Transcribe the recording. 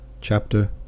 Chapter